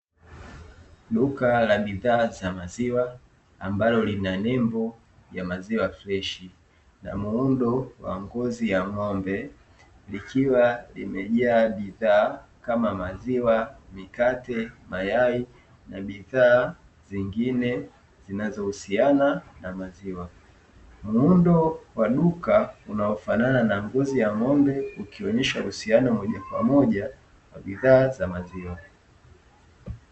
Duka la bidhaa za maziwa ambalo lina nembo ya maziwa freshi na muundo wa ngozi ya ng'ombe, likiwa limejaa bidhaa kama maziwa, mikate, mayai na bidhaa zingine zinazohusiana na maziwa. Muundo wa duka unaofanana na mbuzi na ng'ombe ukionyesha uhusiano moja kwa moja kwa bidhaa za maziwa.